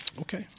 Okay